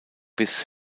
bis